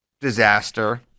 Disaster